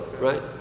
right